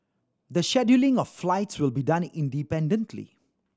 the scheduling of flights will be done independently